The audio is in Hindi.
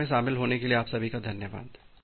इस कक्षा में शामिल होने के लिए आप सभी का धन्यवाद